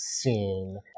scene